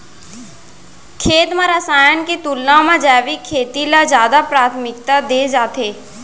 खेत मा रसायन के तुलना मा जैविक खेती ला जादा प्राथमिकता दे जाथे